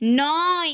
নয়